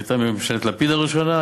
זו הייתה ממשלת לפיד הראשונה,